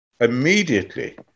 immediately